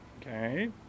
Okay